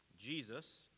Jesus